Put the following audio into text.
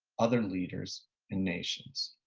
other leaders in nations.